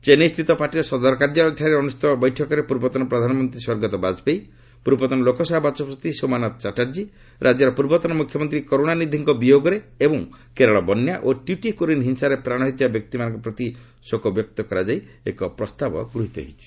ଚେନ୍ନାଇସ୍ଥିତ ପାର୍ଟିର ସଦର କାର୍ଯ୍ୟାଳୟଠାରେ ଅନୁଷ୍ଠିତ ବୈଠକରେ ପୂର୍ବତନ ପ୍ରଧାନମନ୍ତ୍ରୀ ସ୍ୱର୍ଗତ ବାଜପେୟୀ ପୂର୍ବତନ ଲୋକସଭା ବାଚସ୍କତି ସୋମନାଥ ଚାଟାର୍ଜୀ ରାଜ୍ୟର ପୂର୍ବତନ ମୁଖ୍ୟମନ୍ତ୍ରୀ କରୁଣାନିଧିଙ୍କ ବିୟୋଗରେ ଏବଂ କେରଳ ବନ୍ୟା ଓ ଟ୍ୟୁଟିକୋରିନ୍ ହିଂସାରେ ପ୍ରାଣ ହରାଇଥିବା ବ୍ୟକ୍ତିମାନଙ୍କ ପ୍ରତି ଶୋକବ୍ୟକ୍ତ କରାଯାଇ ଏକ ପ୍ରସ୍ତାବ ଗୃହୀତ ହୋଇଛି